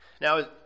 Now